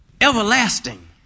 everlasting